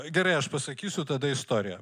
gerai aš pasakysiu tada istoriją